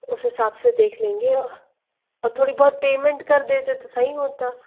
उस हिसाब से देख लेंगे और थोड़ी बहुत पेमेंट कर देते तो सही होता